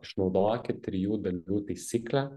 išnaudokit trijų dalių taisyklę